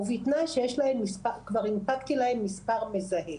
בתנאי שהנפקתי להם מספר מזהה.